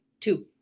two